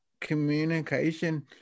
communication